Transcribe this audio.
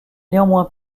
néanmoins